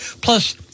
Plus